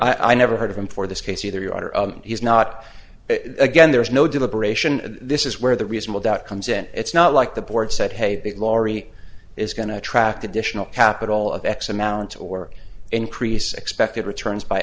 and i never heard of him for this case either your honor he's not again there is no deliberation and this is where the reasonable doubt comes in it's not like the board said hey big lorry is going to attract additional capital of x amount or increase expected returns by